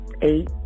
eight